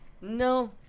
No